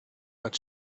had